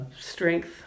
strength